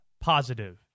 positive